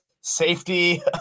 safety